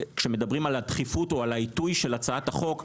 כשמדברים על הדחיפות או על העיתוי של הצעת החוק,